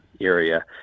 area